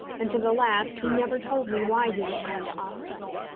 and to the last he never told me why he was going to ostend.